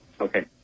Okay